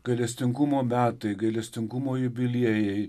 gailestingumo metai gailestingumo jubiliejai